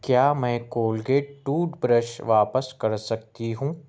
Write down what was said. کیا میں Colgate toothbrush واپس کر سکتی ہوں